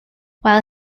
while